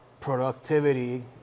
productivity